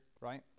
right